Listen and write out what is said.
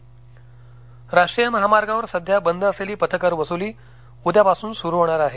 toll राष्ट्रीय महामार्गावर सध्या बंद असलेली पथकर वसुली उद्या पासून पुन्हा सुरु होणार आहे